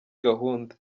gahunda